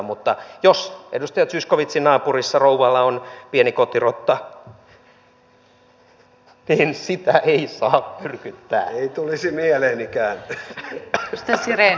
mutta jos edustaja zyskowiczin naapurissa rouvalla on pieni kotirotta niin sitä ei saa myrkyttää ei tulisi mieleenikään yrittää estää se